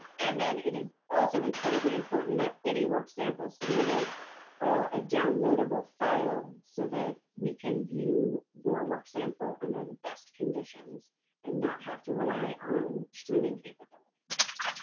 and then it is also incredibly important that any work samples submitted are a downloadable file so that we can view your work sample under the best conditions and not have to rely on streaming capabilities.